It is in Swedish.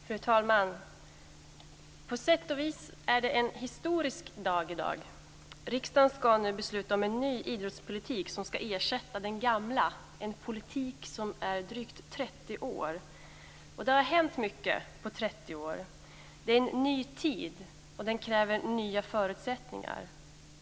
Fru talman! På sätt och vis är det en historisk dag i dag. Riksdagen ska nu besluta om en ny idrottspolitik som ska ersätta den gamla, en politik som är drygt 30 år. Det har hänt mycket på 30 år. Det är en ny tid, och den kräver nya förutsättningar.